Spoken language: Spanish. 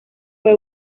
fue